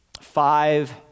five